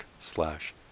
slash